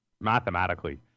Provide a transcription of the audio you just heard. Mathematically